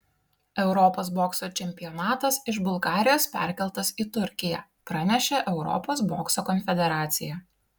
europos bokso čempionatas iš bulgarijos perkeltas į turkiją pranešė europos bokso konfederacija